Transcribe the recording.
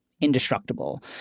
indestructible